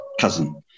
cousin